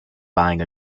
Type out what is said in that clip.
buying